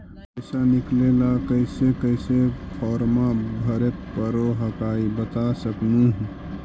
पैसा निकले ला कैसे कैसे फॉर्मा भरे परो हकाई बता सकनुह?